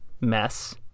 mess